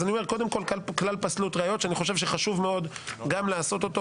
אני אומר קודם כל: כלל פסלות ראיות שאני חושב שחשוב מאוד גם לעשות אותו,